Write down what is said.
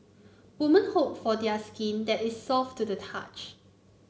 woman hope for their skin that is soft to the touch